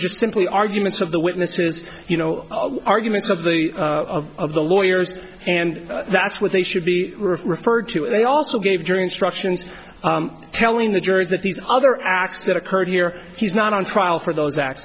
just simply arguments of the witnesses you know arguments of the of the lawyers and that's what they should be referred to it they also gave jury instructions telling the jury that these other acts that occurred here he's not on trial for those